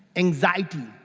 anxiety,